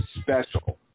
special